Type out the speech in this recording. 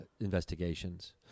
investigations